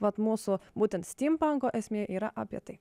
vat mūsų būtent stimpanko esmė yra apie tai